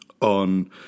on